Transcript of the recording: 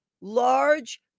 large